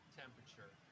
temperature